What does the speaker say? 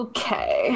Okay